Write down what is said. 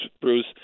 bruce